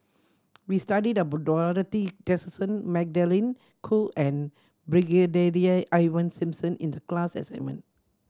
we studied about Dorothy Tessensohn Magdalene Khoo and Brigadier Ivan Simson in the class assignment